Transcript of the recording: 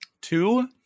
Two